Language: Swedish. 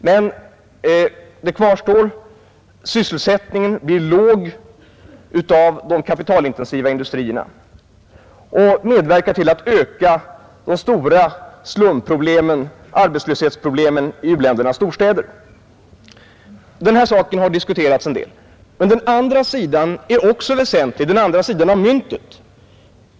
Men kvar står att sysselsättningseffekten blir låg av de kapitalintensiva industrierna, och det medverkar till att öka de stora slumproblemen, arbetslöshetsproblemet, i u-ländernas storstäder. Denna sak har diskuterats en del, men den andra sidan av myntet är också väsentlig.